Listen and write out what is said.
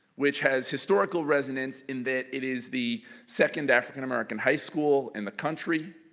which has historical resonance in that it is the second african-american high school in the country,